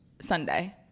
Sunday